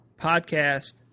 podcast